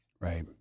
right